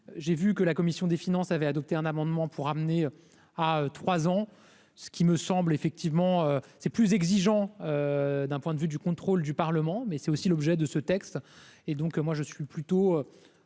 j'ai vu que la commission des finances avait adopté un amendement pour amener à 3 ans, ce qui me semble effectivement c'est plus exigeant, d'un point de vue du contrôle du Parlement, mais c'est aussi l'objet de ce texte et donc moi je suis plutôt